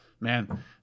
Man